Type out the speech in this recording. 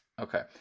Okay